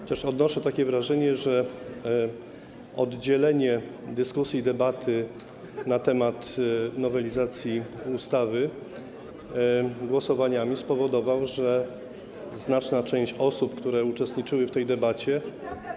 Odnoszę takie wrażenie, że rozdzielenie dyskusji, debaty na temat nowelizacji ustawy głosowaniami spowodował, że znaczna część osób, które uczestniczyły w tej debacie.